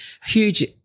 huge